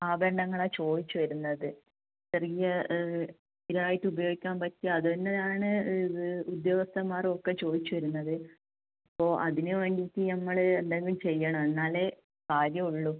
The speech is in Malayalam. ആഭരണങ്ങളാണ് ചോദിച്ച് വരുന്നത് ചെറിയ ഇതായിട്ട് ഉപയോഗിക്കാൻ പറ്റുക അത് തന്നെ ആണ് ഇത് ഉദ്യോഗസ്ഥന്മാർ ഒക്കെ ചോദിച്ച് വരുന്നത് അപ്പോൾ അതിന് വേണ്ടിയിട്ട് നമ്മൾ എന്തെങ്കിലും ചെയ്യണം എന്നാലേ കാര്യമുള്ളൂ